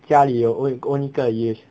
家里有 own own 一个也是